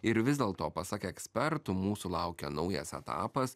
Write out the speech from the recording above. ir vis dėlto pasak ekspertų mūsų laukia naujas etapas